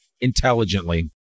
intelligently